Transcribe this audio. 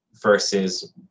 versus